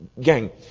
Gang